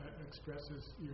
expresses